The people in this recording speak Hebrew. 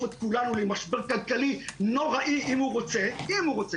את כולנו למשבר כלכלי נוראי אם הוא רוצה,